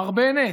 מר בנט,